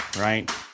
right